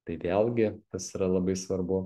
tai vėlgi tas yra labai svarbu